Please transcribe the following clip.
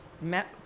met